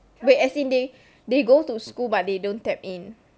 wait as in they they go to school but they don't tap in